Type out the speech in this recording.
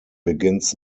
begins